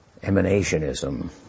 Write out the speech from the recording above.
emanationism